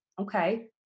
Okay